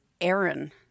Aaron